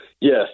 Yes